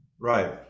Right